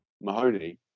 mahoney